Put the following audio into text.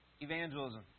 evangelism